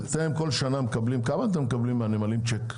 כמה כל שנה אתם מקבלים מהנמלים צ'ק?